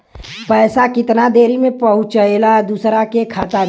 पैसा कितना देरी मे पहुंचयला दोसरा के खाता मे?